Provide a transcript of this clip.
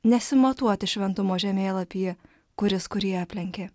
nesimatuoti šventumo žemėlapyje kuris kurį aplenkė